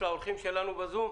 לאורחים שלנו בזום?